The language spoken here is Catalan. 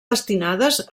destinades